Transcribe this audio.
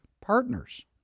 partners